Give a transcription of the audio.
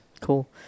Cool